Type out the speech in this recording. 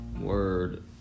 word